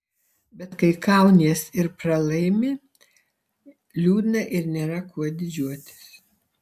bet kai kaunies ir pralaimi liūdna ir nėra kuo džiaugtis